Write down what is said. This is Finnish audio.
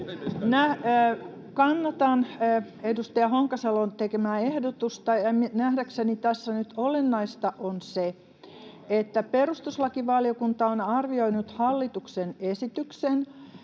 Kannatan edustaja Honkasalon tekemää ehdotusta. Nähdäkseni tässä nyt olennaista on se, että perustuslakivaliokunta on arvioinut hallituksen esityksen,